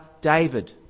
David